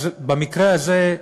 אז במקרה הזה,